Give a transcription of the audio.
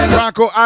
Bronco